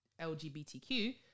LGBTQ